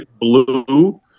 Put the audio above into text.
blue